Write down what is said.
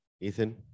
ethan